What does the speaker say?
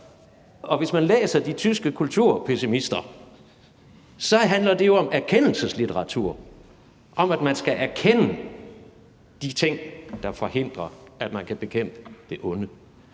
og hvis man læser de tyske kulturpessimister, handler det jo om erkendelseslitteratur om, at man skal erkende de ting, der forhindrer, at man kan bekæmpe det onde.